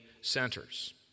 centers